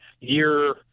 year